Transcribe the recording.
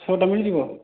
ଛଅଟା ମିଳିଯିବ